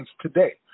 today